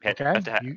Okay